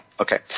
Okay